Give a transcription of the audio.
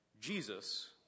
Jesus